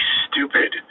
stupid